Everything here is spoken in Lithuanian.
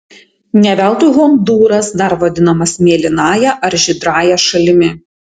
ne veltui hondūras dar vadinamas mėlynąja ar žydrąja šalimi